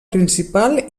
principal